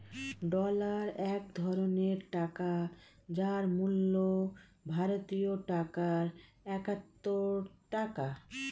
dollar এক ধরনের টাকা যার মূল্য ভারতীয় টাকায় একাত্তর টাকা